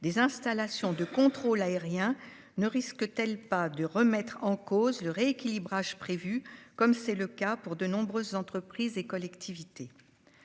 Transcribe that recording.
des installations de contrôle aérien ne risque-t-elle pas de remettre en cause le rééquilibrage prévu, comme c'est le cas pour de nombreuses entreprises et collectivités ?